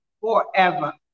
forever